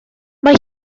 mae